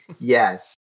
yes